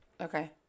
Okay